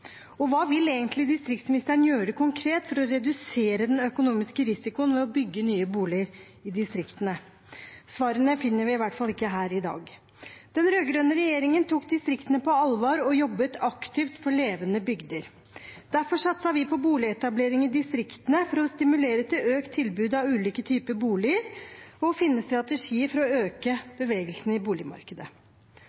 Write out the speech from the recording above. Hva vil egentlig distriktsministeren gjøre konkret for å redusere den økonomiske risikoen ved å bygge nye boliger i distriktene? Svarene finner vi i hvert fall ikke her i dag. Den rød-grønne regjeringen tok distriktene på alvor og jobbet aktivt for levende bygder. Derfor satset vi på boligetablering i distriktene for å stimulere til økt tilbud av ulike typer boliger og å finne strategier for å øke